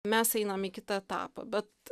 mes einam į kitą etapą bet